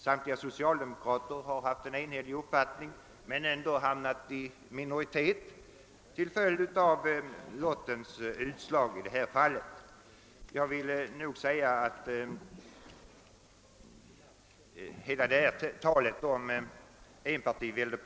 Samtliga socialdemokrater i utskottet har haft en enhetlig uppfattning men har ändå till följd av lottens utslag hamnat i minoritetsställning.